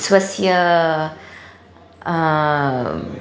स्वस्य